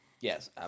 Yes